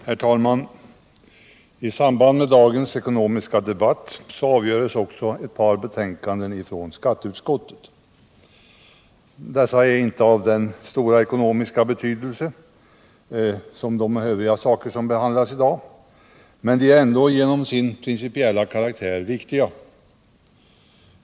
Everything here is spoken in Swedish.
Herr talman! I samband med dagens ekonomiska debatt behandlas också två betänkanden från skatteutskottet. Dessa är inte av samma stora ekonomiska betydelse som de övriga frågor som behandlas i dag, men de är ändå genom sin principiella karaktär viktiga.